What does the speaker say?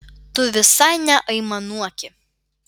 tu visai neaimanuoki